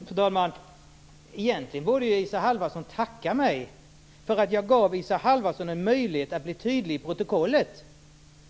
Fru talman! Egentligen borde Isa Halvarsson tacka mig för att jag gav Isa Halvarsson en möjlighet att vara tydlig i protokollet.